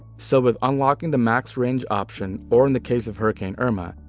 so with unlocking the max range option, or in the case of hurricane irma,